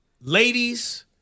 Ladies